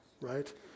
right